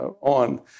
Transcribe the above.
On